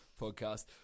podcast